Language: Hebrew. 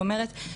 וחינוך,